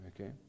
Okay